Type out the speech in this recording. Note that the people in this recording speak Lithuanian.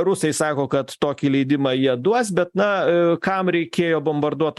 rusai sako kad tokį leidimą jie duos bet na kam reikėjo bombarduot